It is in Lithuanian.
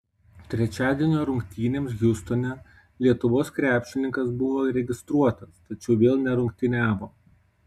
trečiadienio rungtynėms hjustone lietuvos krepšininkas buvo registruotas tačiau vėl nerungtyniavo